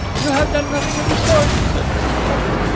you have done nothing of the sort, said mrs. porter.